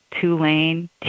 Tulane